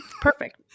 Perfect